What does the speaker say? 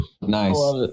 nice